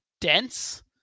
dense